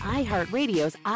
iHeartRadio's